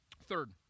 Third